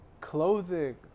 clothing